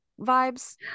vibes